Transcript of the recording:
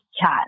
chat